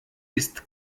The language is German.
ist